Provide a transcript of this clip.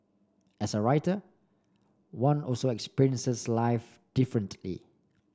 as a writer one also experiences life differently